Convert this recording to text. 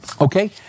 Okay